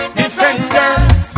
defenders